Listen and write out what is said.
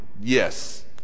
yes